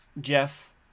Jeff